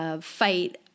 Fight